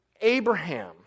Abraham